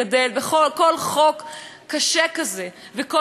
קשה כזה וכל סוגיה שאנחנו מדברים בה,